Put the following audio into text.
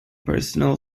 personal